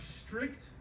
strict